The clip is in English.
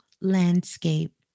landscape